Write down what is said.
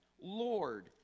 Lord